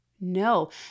No